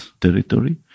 territory